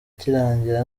kirangira